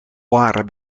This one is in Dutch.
waren